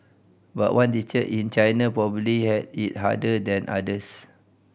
but one teacher in China probably had it harder than others